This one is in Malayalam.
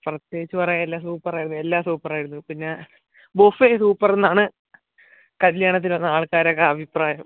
പ്രത്യേകിച്ച് പറയാനില്ല സൂപ്പർ ആയിരുന്നു എല്ലാം സൂപ്പർ ആയിരുന്നു പിന്നെ ബുഫേ സൂപ്പർ എന്നാണ് കല്യാണത്തിന് വന്ന ആൾക്കാരൊക്കെ അഭിപ്രായം